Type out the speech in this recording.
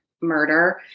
murder